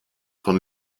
von